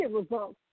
results